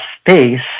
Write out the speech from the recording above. space